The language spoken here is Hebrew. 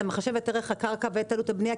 אתה מחשב את ערך הקרקע ואת עלות הבנייה.